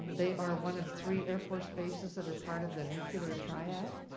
they are one of three air force bases that are part of the nuclear triad.